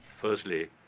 Firstly